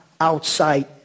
outside